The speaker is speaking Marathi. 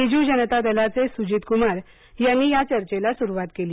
बिजू जनता दलाचे सुजित कुमार यांनी या चर्चेला सुरुवात केली